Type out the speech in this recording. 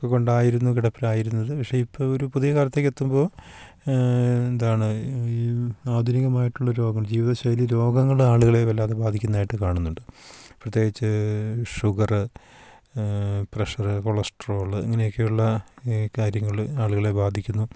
അതു കൊണ്ടായിരുന്നു കിടപ്പിലായിരുന്നത് പക്ഷേ ഇപ്പോൾ ഒരു പുതിയ കാലത്തേക്കെത്തുമ്പോൾ എന്താണ് ഈ ആധുനികമായിട്ടുള്ള രോഗം ജീവിതശൈലി രോഗങ്ങൾ ആളുകളേ വല്ലാതെ ബാധിക്കുന്നതായിട്ട് കാണുന്നുണ്ട് പ്രത്യേകിച്ച് ഷുഗറ് പ്രഷറ് കൊളസ്ട്രോള് ഇങ്ങനെയൊക്കെയുള്ള ഈ കാര്യങ്ങൾ ആളുകളേ ബാധിക്കുന്നു